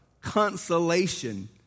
consolation